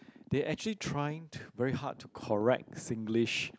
they actually trying very hard to correct Singlish